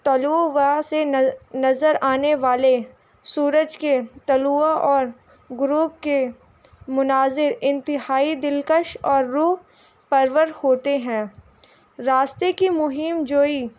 طلوع وہاں سے نظر آنے والے سورج کے طلوع اور غروپ کے مناظر انتہائی دلکش اور روح پرور ہوتے ہیں راستے کی مہم جوئی